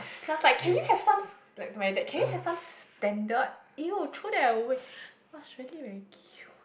she was like can you have some s~ like to my dad can you have some standard !eww! throw that away it was really very cute